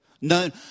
Known